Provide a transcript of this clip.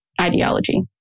ideology